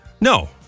No